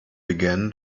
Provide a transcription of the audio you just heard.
began